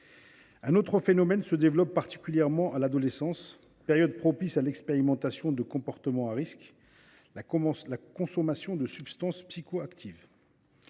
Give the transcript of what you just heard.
Un autre phénomène se développe particulièrement à l’adolescence, période propice à l’expérimentation de comportements à risques : la consommation de substances psychoactives.